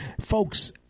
Folks